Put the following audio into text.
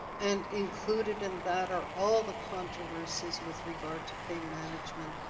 and included in that are all the controversies with regard to pain management,